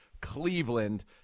Cleveland